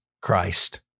Christ